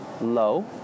low